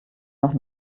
noch